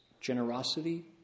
generosity